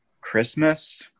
Christmas